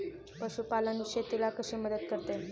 पशुपालन शेतीला कशी मदत करते?